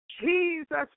Jesus